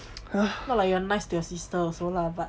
not like you are nice to your sister also lah but